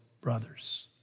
brothers